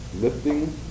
lifting